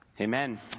Amen